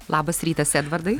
labas rytas edvardai